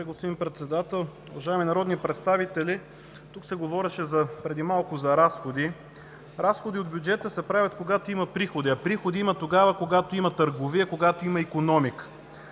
Благодаря, господин Председател. Уважаеми народни представители! Тук се говореше преди малко за разходи. Разходи от бюджета се правят, когато има приходи, а приходи има тогава, когато има търговия, когато има икономика.